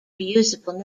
reusable